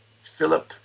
Philip